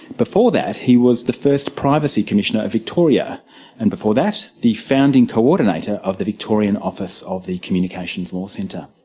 before that, he was the first privacy commissioner of victoria and before that, the founding coordinator of the victorian office of the communications law centre.